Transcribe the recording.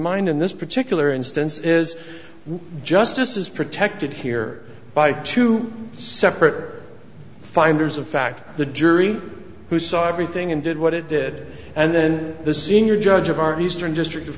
mind in this particular instance is justice is protected here by two separate finders of fact the jury who saw everything and did what it did and then the senior judge of our eastern district of